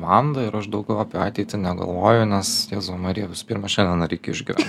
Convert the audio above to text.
vanda ir aš daugiau apie ateitį negalvoju nes jezau marija visų pirma šiandien reikia išgyvent